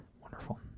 Wonderful